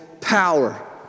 power